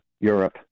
Europe